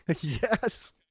Yes